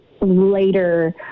later